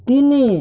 ତିନି